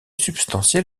substantiel